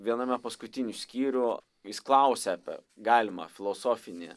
viename paskutinių skyrių jis klausia apie galimą filosofinį